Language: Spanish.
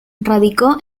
radicó